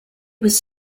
was